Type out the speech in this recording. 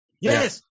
Yes